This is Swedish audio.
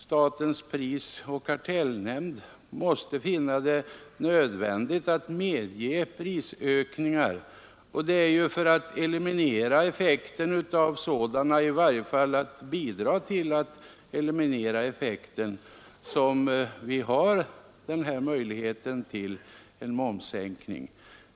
Statens prisoch kartellnämnd kan ju t.o.m., finna det nödvändigt att medge prisökningar, och det är ju för att eliminera effekten av sådana — i varje fall för att minska deras effekt — som vi har möjligheten till en momssänkning.